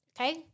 Okay